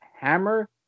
Hammer